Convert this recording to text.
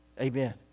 Amen